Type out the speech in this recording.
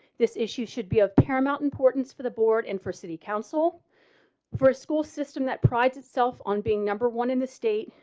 this issue should be a paramount importance for the board and for city counsel for school system that prides itself on being number one in the state.